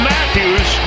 Matthews